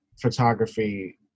photography